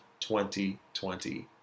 2020